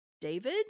David